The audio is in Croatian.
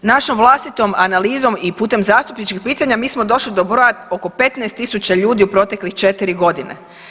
Našom vlastitom analizom i putem zastupničkih pitanja mi smo došli do broja oko 15000 ljudi u potekle četiri godine.